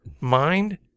mind